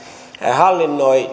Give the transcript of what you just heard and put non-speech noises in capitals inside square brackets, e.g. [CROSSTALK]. hallinnoi [UNINTELLIGIBLE]